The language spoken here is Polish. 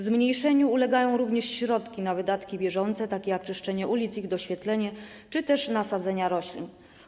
Zmniejszeniu ulegają również środki na wydatki bieżące, takie jak czyszczenie ulic, ich doświetlenie czy też nasadzenia roślin.